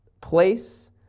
place